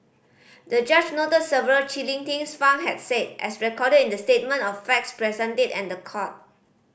the judge noted several chilling things Fang had said as recorded in the statement of facts presented in the court